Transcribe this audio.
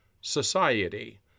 society